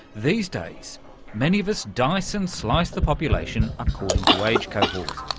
these days many of us dice and slice the population according to age cohort.